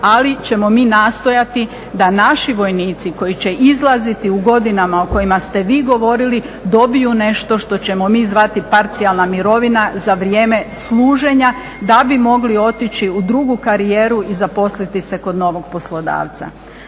ali ćemo mi nastojati da naši vojnici koji će izlaziti u godinama o kojima ste vi govorili, dobiju nešto što ćemo mi zvati parcijalna mirovina za vrijeme služenja da bi mogli otići u drugu karijeru i zaposliti se kod novog poslodavca.